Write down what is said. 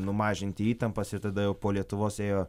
numažinti įtampas ir tada jau po lietuvos ėjo